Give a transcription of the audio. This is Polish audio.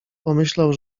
pomyślał